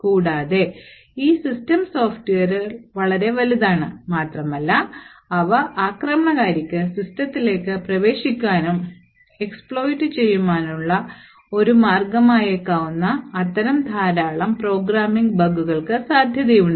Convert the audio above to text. കൂടാതെ ഈ സിസ്റ്റം സോഫ്റ്റ്വെയറുകൾ വളരെ വലുതാണ് മാത്രമല്ല അവ ആക്രമണകാരിക്ക് ന് സിസ്റ്റത്തിലേക്ക് പ്രവേശിക്കാനും exploit ചെയ്യാനുമുള്ള ഒരു മാർഗമായേക്കാവുന്ന അത്തരം ധാരാളം പ്രോഗ്രാമിംഗ് ബഗുകൾക്ക് സാധ്യതയുണ്ട്